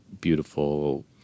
beautiful